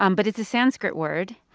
um but it's a sanskrit word.